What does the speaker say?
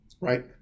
Right